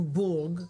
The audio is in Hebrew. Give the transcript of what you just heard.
פרנקנבורג,